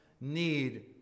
need